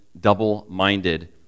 double-minded